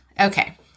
okay